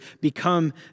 become